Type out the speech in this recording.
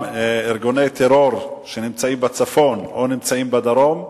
ארגוני טרור שנמצאים בצפון או בדרום,